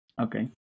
Okay